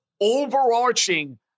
overarching